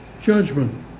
judgment